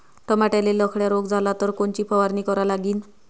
टमाट्याले लखड्या रोग झाला तर कोनची फवारणी करा लागीन?